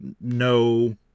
no